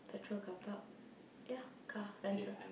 petrol carpark yeah car rental